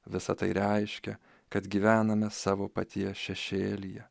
visa tai reiškia kad gyvename savo paties šešėlyje